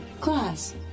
class